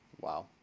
Wow